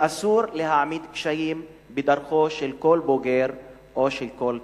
ואסור להעמיד קשיים בדרכו של כל בוגר או של כל תלמיד.